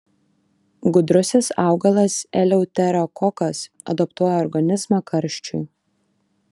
gudrusis augalas eleuterokokas adaptuoja organizmą karščiui